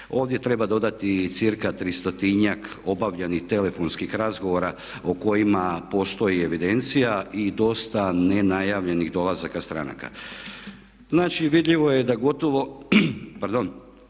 Ovdje treba dodati i cirka tristotinjak obavljenih telefonskih razgovora o kojima postoji evidencija i dosta nenajavljenih dolazaka stranaka. Znači, vidljivo je da gotovo pardon